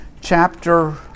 chapter